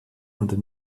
und